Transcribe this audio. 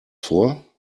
vor